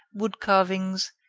wood carvings,